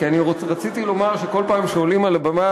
כי אני רציתי לומר שכל פעם שעולים על הבמה